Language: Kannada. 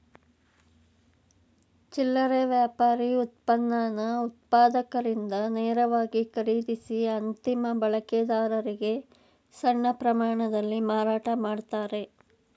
ಚಿಲ್ಲರೆ ವ್ಯಾಪಾರಿ ಉತ್ಪನ್ನನ ಉತ್ಪಾದಕರಿಂದ ನೇರವಾಗಿ ಖರೀದಿಸಿ ಅಂತಿಮ ಬಳಕೆದಾರರಿಗೆ ಸಣ್ಣ ಪ್ರಮಾಣದಲ್ಲಿ ಮಾರಾಟ ಮಾಡ್ತಾರೆ